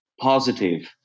positive